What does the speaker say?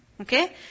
Okay